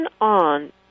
on